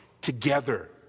Together